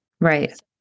right